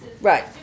Right